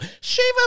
Shiva